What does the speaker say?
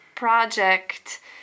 Project